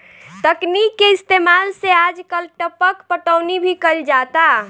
तकनीक के इस्तेमाल से आजकल टपक पटौनी भी कईल जाता